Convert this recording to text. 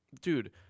dude